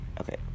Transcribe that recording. Okay